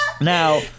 now